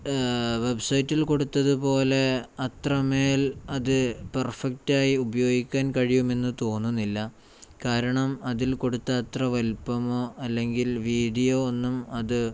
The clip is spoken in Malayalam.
വെബ്സൈറ്റിൽ കൊടുത്തത് പോലെ അത്രമേൽ അത് പെർഫെക്റ്റായി ഉപയോഗിക്കാൻ കഴിയുമെന്ന് തോന്നുന്നില്ല കാരണം അതിൽ കൊടുത്ത അത്ര വലിപ്പമോ അല്ലെങ്കിൽ വീതിയോ ഒന്നും അത്